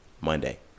Monday